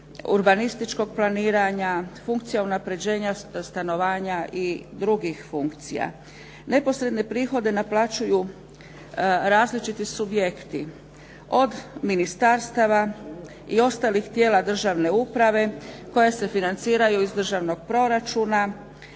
urbanističkog planiranja, funkcije unapređenja stanovanja i drugih funkcija. Neposredne prihode naplaćuju različiti subjekti od ministarstava i ostalih tijela državne uprave koje se financiraju iz državnog proračuna